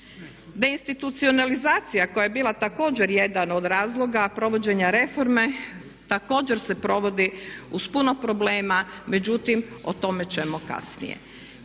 Deinstitucionalizacija koja je bila također jedan od razloga provođenja reforme također se provodi uz puno problema, međutim o tome ćemo kasnije,